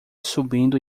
subindo